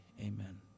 Amen